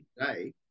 today